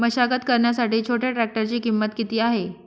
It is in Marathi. मशागत करण्यासाठी छोट्या ट्रॅक्टरची किंमत किती आहे?